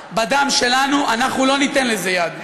שעה-שעה בדם שלנו, אנחנו לא ניתן לזה יד.